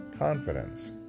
Confidence